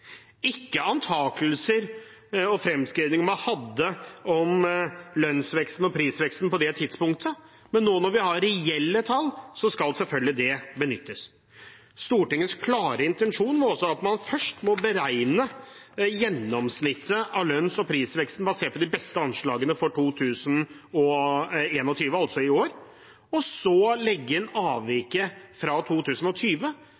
ikke antakelser og fremskrivinger man hadde om lønnsveksten og prisveksten på det tidspunktet. Nå når vi har reelle tall, skal de selvfølgelig benyttes. Stortingets klare intensjon var også at man først må beregne gjennomsnittet av lønns- og prisveksten basert på de beste anslagene for 2021, altså i år, og så legge inn avviket fra 2020, da det var en